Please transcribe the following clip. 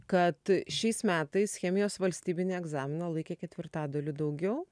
kad šiais metais chemijos valstybinį egzaminą laikė ketvirtadaliu daugiau